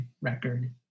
record